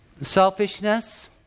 selfishness